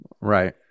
Right